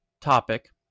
topic